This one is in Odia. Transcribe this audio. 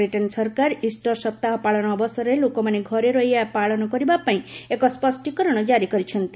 ବ୍ରିଟେନ୍ ସରକାର ଇଷ୍ଟର୍ ସପ୍ତାହ ପାଳନ ଅବସରରେ ଲୋକମାନେ ଘରେ ରହି ଏହା ପାଳନ କରିବାପାଇଁ ଏକ ସ୍ୱଷ୍ଟୀକରଣ ଜାରି କରିଛନ୍ତି